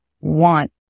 want